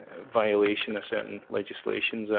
ah violation of certain legislations.